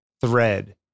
thread